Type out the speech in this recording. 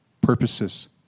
purposes